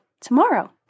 tomorrow